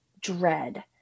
dread